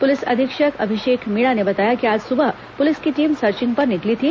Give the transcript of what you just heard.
police अधीक्षक अभिषेक मीणा ने बताया कि आज सुबह पुलिस की टीम सर्चिंग पर निकली थी